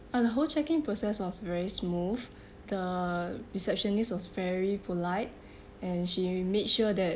uh whole check in process was very smooth the receptionist was very polite and she made sure that